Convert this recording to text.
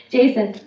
Jason